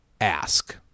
ask